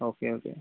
okay okay